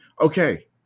okay